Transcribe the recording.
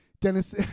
Dennis